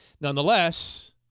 Nonetheless